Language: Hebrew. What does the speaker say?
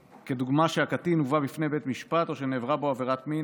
כדוגמה שהקטין הובא בפני בית משפט או שנעברה בו עבירת מין,